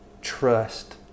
trust